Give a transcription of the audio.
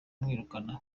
kumwirukana